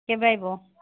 କେବେ ଆସିବ